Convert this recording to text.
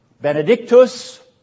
Benedictus